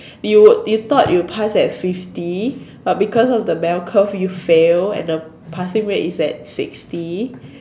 you would you thought you pass at fifty but because of the bell curve you fail at the passing rate is at sixty